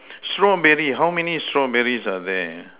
strawberry how many strawberries are there